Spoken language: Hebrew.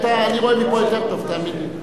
אני רואה מפה יותר טוב, תאמין לי.